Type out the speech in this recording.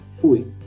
fui